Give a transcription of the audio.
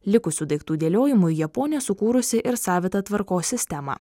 likusių daiktų dėliojimui japonė sukūrusi ir savitą tvarkos sistemą